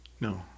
No